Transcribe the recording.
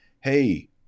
Hey